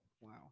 Wow